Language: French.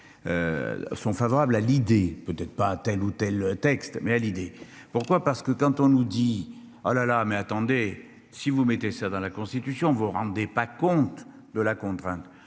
Sont favorables à l'idée, peut-être pas un tel ou tel texte. Mais à l'idée pourquoi parce que quand on nous dit oh la la mais attendez si vous mettez ça dans la Constitution, vous rendez pas compte de la contrainte.